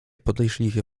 podejrzliwie